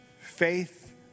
faith